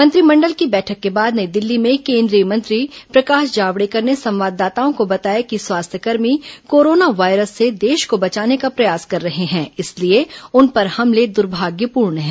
मंत्रिमंडल की बैठक के बाद नई दिल्ली में केंद्रीय मंत्री प्रकाश जावड़ेकर ने संवाददाताओं को बताया कि स्वास्थ्यकर्मी कोरोना वायरस से देश को बचाने का प्रयास कर रहे हैं इसलिए उन पर हमले दुर्भाग्यपूर्ण हैं